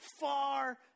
far